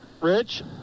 Rich